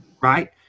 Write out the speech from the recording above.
right